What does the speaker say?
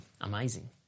amazing